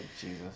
Jesus